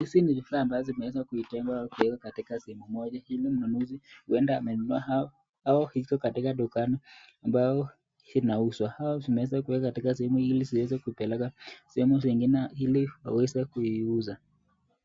Hizi ni vifaa ambazo zimeweza kuijengwa au zimewekwa katika sehemu moja, uenda mununuzi uenda amenunua au iko dukani ambao zinauzwa, au zimeweza kuwekwa katika sehemu hii ili ziweze kupelekwa, sehemu zingine ili waweze kuiuza.